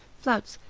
flouts,